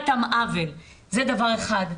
זה דבר אחד.